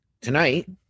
tonight